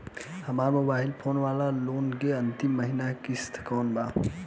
हमार mobile phone वाला loan के अंतिम महिना किश्त कौन बा?